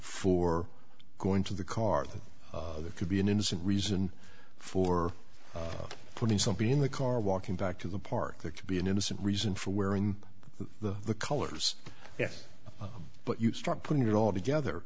for going to the car that there could be an innocent reason for putting somebody in the car walking back to the park there could be an innocent reason for wearing the colors yes but you start putting it all together